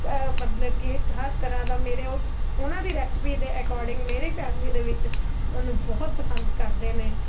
ਕ ਮਤਲਬ ਕਿ ਹਰ ਤਰ੍ਹਾਂ ਦਾ ਮੇਰੇ ਉਸ ਉਹਨਾਂ ਦੀ ਰੈਸਿਪੀ ਦੇ ਅਕੋਰਡਿੰਗ ਮੇਰੀ ਫੈਮਲੀ ਦੇ ਵਿੱਚ ਉਹਨੂੰ ਬਹੁਤ ਪਸੰਦ ਕਰਦੇ ਨੇ